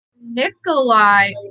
Nikolai